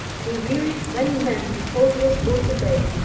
he wearied many men before he was brought to bay,